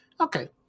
Okay